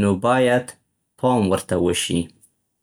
نو باید پام ورته وشي.